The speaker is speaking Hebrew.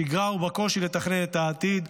שגרה ובקושי לתכנן את העתיד.